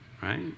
right